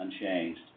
unchanged